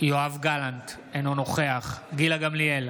יואב גלנט, אינו נוכח גילה גמליאל,